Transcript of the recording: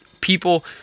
people